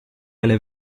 alle